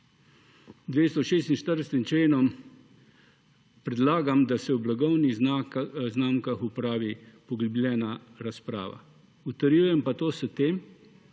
246. členom predlagam, da se o blagovnih znamkah opravi poglobljena razprava. Utrjujem pa to s tem,